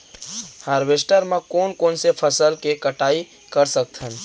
Harvester म कोन कोन से फसल के कटाई कर सकथन?